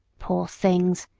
poor things!